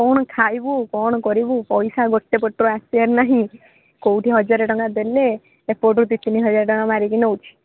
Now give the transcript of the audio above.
କ'ଣ ଖାଇବୁ କ'ଣ କରିବୁ ପଇସା ଗୋଟେ ପଟରୁ ଆସିବାର ନାହିଁ କେଉଁଠି ହଜାରେ ଟଙ୍କା ଦେଲେ ସେପଟରୁ ଦୁଇ ତିନି ହଜାର ଟଙ୍କା ମାରିକି ନେଉଛି